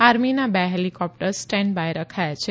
આર્મીના બે helicopters standby રખાયા છે